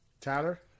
Tatter